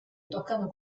toccano